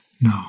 No